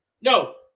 No